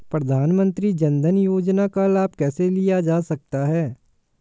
प्रधानमंत्री जनधन योजना का लाभ कैसे लिया जा सकता है?